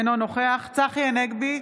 אינו נוכח צחי הנגבי,